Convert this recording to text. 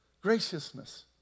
graciousness